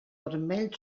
vermell